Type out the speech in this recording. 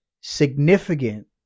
significant